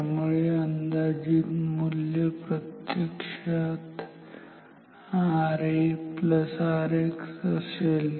त्यामुळे अंदाजित मूल्य प्रत्यक्षात RARX असेल